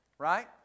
Right